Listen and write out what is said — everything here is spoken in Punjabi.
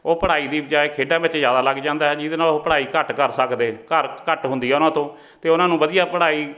ਉਹ ਪੜ੍ਹਾਈ ਦੀ ਬਜਾਏ ਖੇਡਾਂ ਵਿੱਚ ਜ਼ਿਆਦਾ ਲੱਗ ਜਾਂਦਾ ਜਿਹਦੇ ਨਾਲ ਉਹ ਪੜ੍ਹਾਈ ਘੱਟ ਕਰ ਸਕਦੇ ਘਰ ਘੱਟ ਹੁੰਦੀ ਆ ਉਹਨਾਂ ਤੋਂ ਅਤੇ ਉਹਨਾਂ ਨੂੰ ਵਧੀਆ ਪੜ੍ਹਾਈ